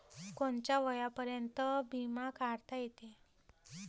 कोनच्या वयापर्यंत बिमा काढता येते?